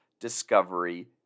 Discovery